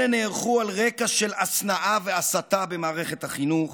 אלה נערכו על רקע של השנאה והסתה במערכת החינוך,